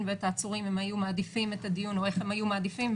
ואת העצורים אם היו מעדיפים את הדיון או איך הם היו מעדיפים,